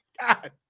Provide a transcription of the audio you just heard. God